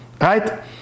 Right